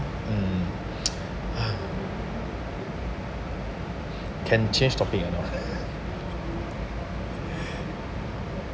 mm can change topic or not